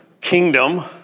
kingdom